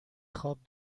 خواب